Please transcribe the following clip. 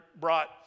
brought